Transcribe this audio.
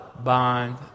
bond